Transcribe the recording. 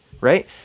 right